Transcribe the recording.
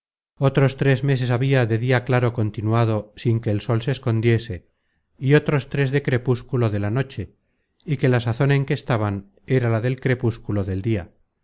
otros tres meses habia de dia claro continuado sin que el sol se escondiese y otros tres de crepúsculo de la noche y que la sazon en que estaban er la del crepúsculo del dia